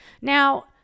Now